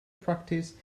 practice